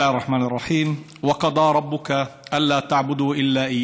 (אומר בערבית: